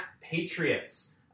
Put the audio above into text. Patriots